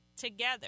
together